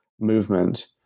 movement